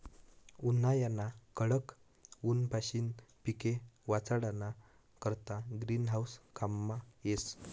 उन्हायाना कडक ऊनपाशीन पिके वाचाडाना करता ग्रीन हाऊस काममा येस